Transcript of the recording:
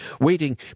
waiting